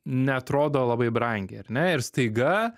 neatrodo labai brangiai ar ne ir staiga